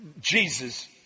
Jesus